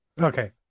Okay